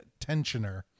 tensioner